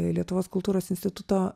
lietuvos kultūros instituto